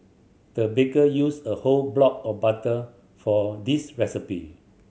the baker used a whole block of butter for this recipe